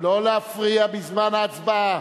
לא להפריע בזמן ההצבעה.